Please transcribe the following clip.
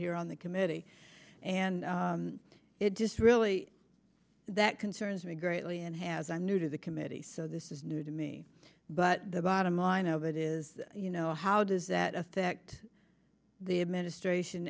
here on the committee and it just really that concerns me greatly and has i'm new to the committee so this is new to me but the bottom line of it is you know how does that affect the administration